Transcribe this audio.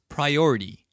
Priority